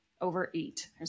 overeat